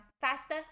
faster